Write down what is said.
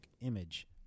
image